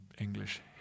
English